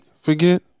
Forget